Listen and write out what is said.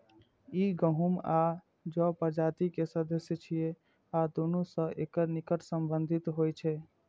ई गहूम आ जौ प्रजाति के सदस्य छियै आ दुनू सं एकर निकट संबंध होइ छै